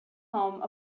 home